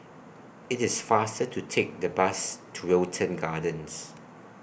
IT IS faster to Take The Bus to Wilton Gardens